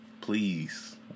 Please